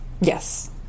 Yes